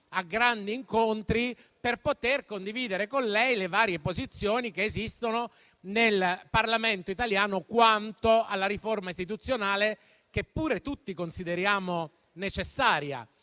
a grandi incontri per poter condividere con lei le varie posizioni che esistono nel Parlamento italiano quanto alla riforma istituzionale, che pure tutti consideriamo necessaria.